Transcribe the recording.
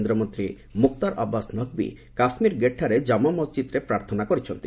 କେନ୍ଦ୍ରମନ୍ତ୍ରୀ ମୁକ୍ତାର ଆବାସ୍ ନକ୍ବୀ କାଶ୍ମୀର ଗେଟ୍ଠାରେ କାମା ମସ୍ଜିଦ୍ରେ ପ୍ରାର୍ଥନା କରିଛନ୍ତି